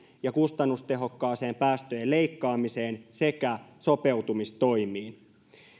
ja kustannustehokkaaseen päästöjen leikkaamiseen sekä sopeutumistoimiin